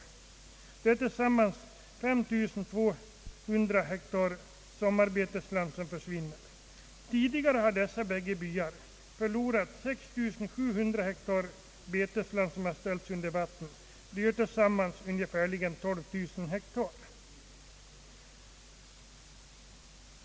Det är tillsammans 5 200 hektar sommarbetesland som försvinner. Tidigare har dessa byar förlorat 6 700 hektar betesland, som ställts under vatten. Det gör tillsammans ungefärligen 12000 hektar.